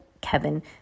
Kevin